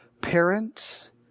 parent